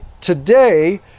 today